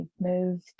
moved